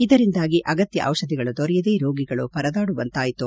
ಇದರಿಂದಾಗಿ ಅಗತ್ಯ ದಿಷಧಿಗಳು ದೊರೆಯದೇ ರೋಗಿಗಳು ಪರದಾಡುವಂತಾಯಿತು